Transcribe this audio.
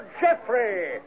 Jeffrey